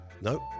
Nope